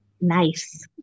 Nice